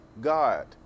God